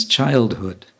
childhood